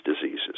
diseases